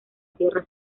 tierra